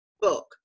book